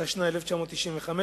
התשנ"ה-1995,